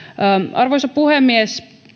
arvoisa puhemies